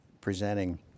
presenting